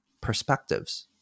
perspectives